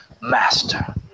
master